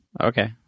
okay